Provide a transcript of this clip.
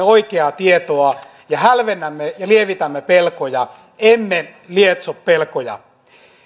oikeaa tietoa ja hälvennämme ja lievitämme pelkoja emme lietso pelkoja